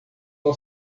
não